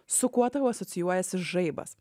su kuo tau asocijuojasi žaibas